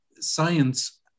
science